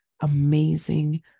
amazing